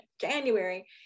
January